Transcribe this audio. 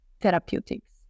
therapeutics